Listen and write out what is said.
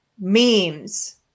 memes